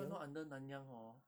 not under 南洋 hor